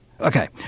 Okay